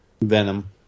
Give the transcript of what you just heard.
Venom